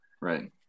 right